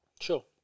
Sure